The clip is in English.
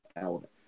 element